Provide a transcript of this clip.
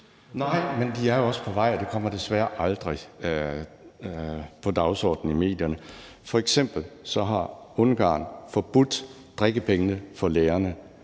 Nej, men de er også på vej, og det kommer desværre aldrig på dagsordenen i medierne. F.eks. har Ungarn forbudt drikkepenge for lærerne.